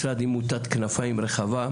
משרד עם מוטת כנפיים רחבה,